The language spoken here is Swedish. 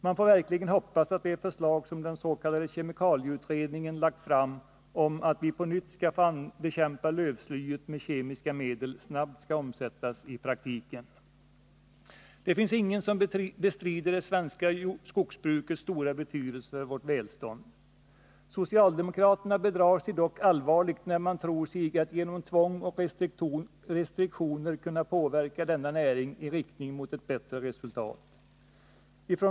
Man får verkligen hoppas att det förslag som den s.k. kemikalieutredningen lagt fram om att vi på nytt skall få bekämpa lövslyet med kemiska medel snabbt kommer att omsättas i praktiken. Ingen bestrider det svenska skogsbrukets stora betydelse för vårt välstånd. Socialdemokraterna bedrar sig dock allvarligt, när de tror sig genom tvång och restriktioner kunna påverka denna näring i riktning mot ett bättre resultat.